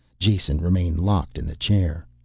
jason remained locked in the chair.